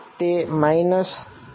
તેથી આ માઇનસ છે